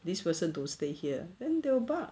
this person don't stay here then they will bark